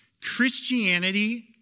Christianity